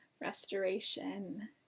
restoration